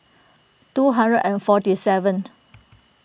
two hundred and forty seventh